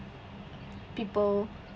people